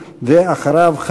ואחריו,